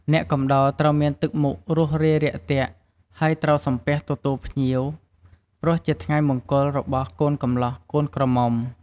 អ្នកកំដរត្រូវមានទឹកមុខរួសរាយរាក់ទាក់ ហើយត្រូវសំពះទទួលភ្ញៀវ ព្រោះជាថ្ងៃមង្គលរបស់កូនកម្លោះកូនក្រមុំ ។